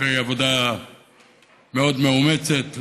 אחרי עבודה מאוד מאומצת,